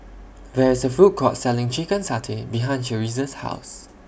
There IS A Food Court Selling Chicken Satay behind Cherise's House